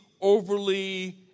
overly